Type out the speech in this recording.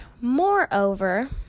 Moreover